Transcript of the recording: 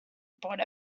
brought